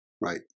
Right